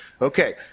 Okay